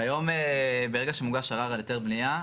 כיום ברגע שמוגש ערר על היתר בניה,